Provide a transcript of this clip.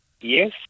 Yes